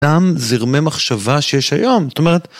גם זרמי מחשבה שיש היום, זאת אומרת...